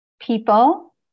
people